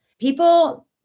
people